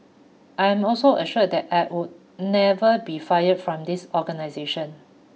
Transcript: I am also assured that I would never be fired from this organisation